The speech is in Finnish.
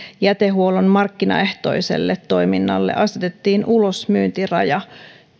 jätehuollon markkinaehtoiselle toiminnalle asetettiin ulosmyyntiraja